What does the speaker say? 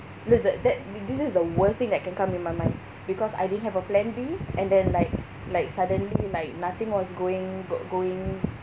the the that this is the worst thing that can come in my mind because I didn't have a plan B and then like like suddenly like nothing was going go~ going